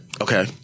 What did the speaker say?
Okay